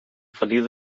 feliu